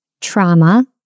trauma